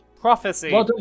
Prophecy